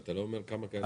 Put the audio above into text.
אתה לא אומר כמה כאלה יש.